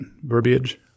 verbiage